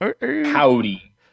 Howdy